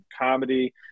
comedy